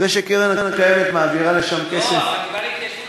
זה שהקרן הקיימת מעבירה לשם כסף,